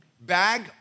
bag